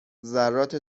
ذرات